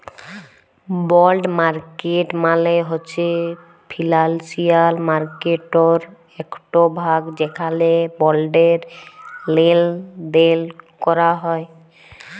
বল্ড market মালে হছে financial মার্কেটটর একট ভাগ যেখালে বল্ডের লেলদেল ক্যরা হ্যয়